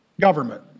government